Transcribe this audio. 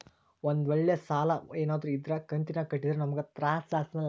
ಒಂದ್ವೇಳೆ ಸಾಲ ಏನಾದ್ರೂ ಇದ್ರ ಕಂತಿನಾಗ ಕಟ್ಟಿದ್ರೆ ನಮ್ಗೂ ತ್ರಾಸ್ ಅಂಸಲ್ಲ